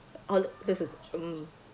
oh that's it um